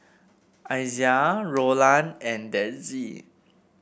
Izaiah Rolland and Dezzie